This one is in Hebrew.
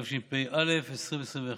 התשפ"א 2021,